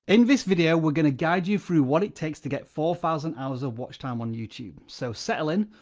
in this video, we're going to guide you through what it takes to get four thousand hours of watch time on youtube. so settle in,